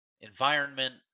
environment